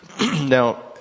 now